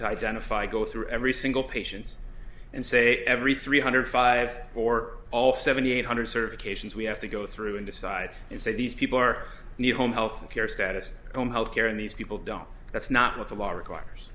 to identify go through every single patients and say every three hundred five or all seventy eight hundred sort of occasions we have to go through and decide and say these people are home health care status home health care and these people don't that's not what the law requires